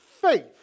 faith